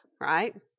right